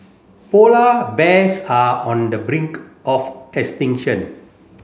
polar bears are on the brink of extinction